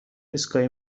ایستگاه